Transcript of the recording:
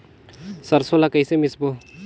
सरसो ला कइसे मिसबो?